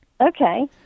Okay